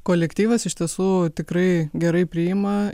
kolektyvas iš tiesų tikrai gerai priima